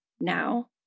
now